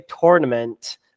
tournament